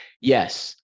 yes